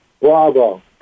Bravo